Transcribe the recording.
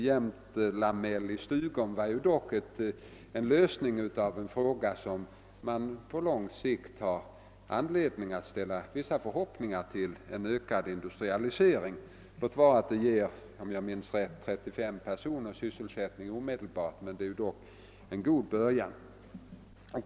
Jämtlamell i Stugun var dock en lösning som gör att man på lång sikt har anledning att ställa vissa förhoppningar om en ökad industrialisering. Låt vara att företaget ger, om jag minns rätt, 35 personer sysselsättning omedelbart; det är dock en god början.